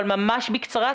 אבל ממש בקצרה,